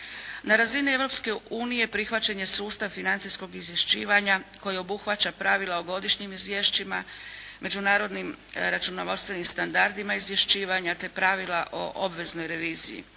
unije prihvaćen je sustav financijskog izvješćivanja koji obuhvaća pravila o godišnjem izvješćima, međunarodnim računovodstvenim standardima izvješćivanja te pravila o obveznoj reviziji.